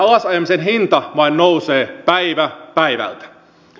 ja alasajamisen hinta vain nousee päivä päivältä